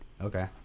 okay